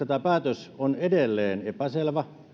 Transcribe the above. tämä päätös on edelleen epäselvä